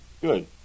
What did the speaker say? Good